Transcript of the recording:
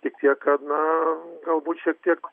tik tiek kad na galbūt šiek tiek